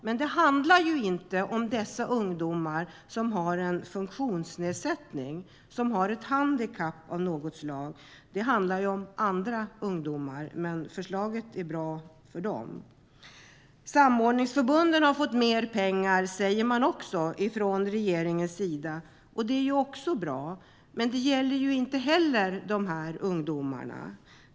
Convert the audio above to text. Men det handlar inte om dessa ungdomar som har en funktionsnedsättning, som har ett handikapp av något slag, utan det handlar om andra ungdomar. Samordningsförbunden har fått mer pengar, säger regeringen också. Det är också bra, men det gäller inte heller de här ungdomarna.